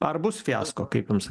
ar bus fiasko kaip jums